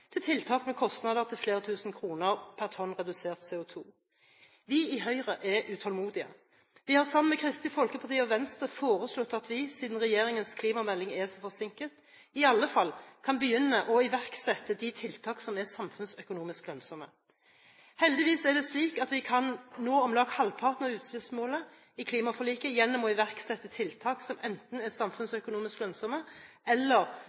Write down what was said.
lønnsomme tiltak til tiltak med kostnader til flere tusen kroner per tonn redusert CO2. Vi i Høyre er utålmodige. Vi har, sammen med Kristelig Folkeparti og Venstre, foreslått at vi, siden regjeringens klimamelding er så forsinket, i alle fall kan begynne å iverksette de tiltak som er samfunnsøkonomisk lønnsomme. Heldigvis er det slik at vi kan nå om lag halvparten av utslippsmålet i klimaforliket gjennom å iverksette tiltak som enten er samfunnsøkonomisk lønnsomme, eller